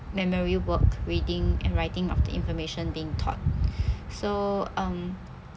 memory work reading and writing of the information being taught so um